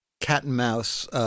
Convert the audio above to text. cat-and-mouse